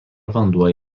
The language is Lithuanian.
vanduo